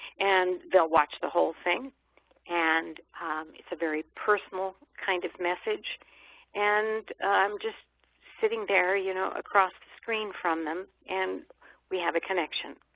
and they'll watch the whole thing and it's a very personal kind of message and i'm just sitting there, you know, across the screen from them, and we have a connection.